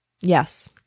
yes